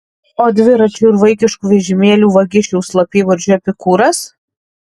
o dviračių ir vaikiškų vežimėlių vagišiaus slapyvardžiu epikūras